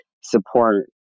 support